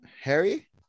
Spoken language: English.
Harry